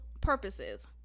purposes